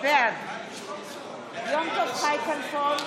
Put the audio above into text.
בעד יום טוב חי כלפון,